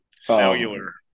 Cellular